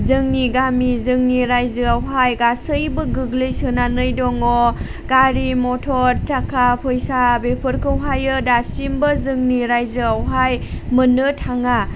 जोंनि गामि जोंनि रायजोआवहाय गासैबो गोग्लैसोनानै दङ गारि मटर थाखा फैसा बेफोरखौहायो दासिमबो जोंनि रायजोआवहाय मोननो थाङा